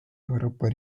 euroopa